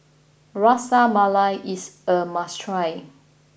Ras Malai is a must try